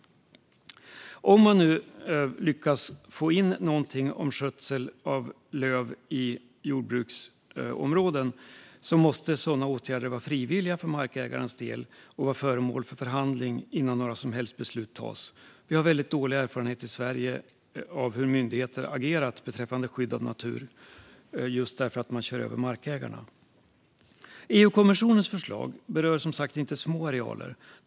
Om man nu lyckas få in något om skötsel av lövskog i jordbruksområden måste sådana åtgärder vara frivilliga för markägarens del och vara föremål för förhandling innan några som helst beslut tas. Vi har dåliga erfarenheter i Sverige av hur myndigheter har agerat beträffande skydd av natur just därför att man kör över markägarna. EU-kommissionens förslag berör, som sagt, inte små arealer.